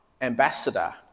ambassador